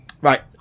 Right